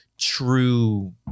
true